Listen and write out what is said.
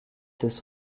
this